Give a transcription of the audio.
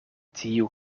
tiu